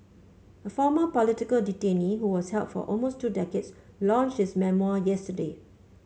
a former political detainee who was held for almost two decades launched his memoir yesterday